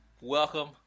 Welcome